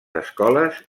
escoles